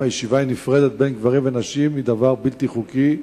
הישיבה לגברים ולנשים נפרדת היא דבר בלתי חוקי,